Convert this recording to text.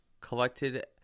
collected